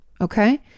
Okay